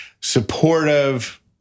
supportive